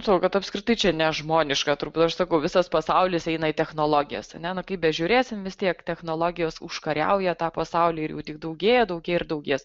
todėl kad apskritai čia nežmoniška turbūt aš sakau visas pasaulis eina į technologijas a ne kaip bežiūrėsim vis tiek technologijos užkariauja tą pasaulį ir jų tik daugėja daugėja ir daugės